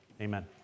Amen